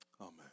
Amen